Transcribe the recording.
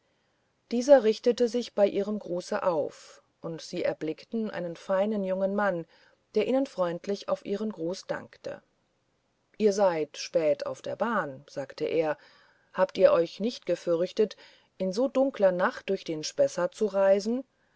dieser richtete sich bei ihrem gruße auf und sie erblickten einen feinen jungen mann der ihnen freundlich für ihren gruß dankte ihr seid spät auf der bahn sagte er habt ihr euch nicht gefürchtet in so dunkler nacht durch den spessart zu reisen